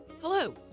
Hello